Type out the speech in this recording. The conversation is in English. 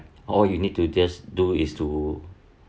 all you need to just do is to